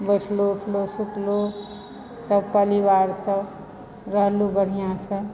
बैठलू उठलू सुतलू सब परिवार सब रहलू बढ़ियासऽ